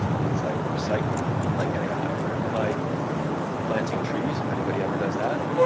things like recycling, like getting a hybrid, like planting trees, if anybody ever does that,